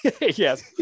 yes